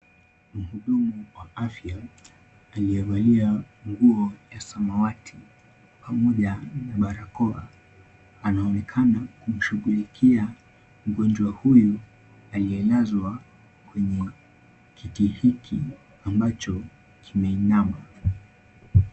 Mhudumu wa afya aliyevalia nguo ya samawati pamoja na barakoa anaonekana kumshughulikia mgonjwa huyu aliyelazwa kwenye kiti hiki ambacho kimeinama.